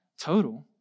total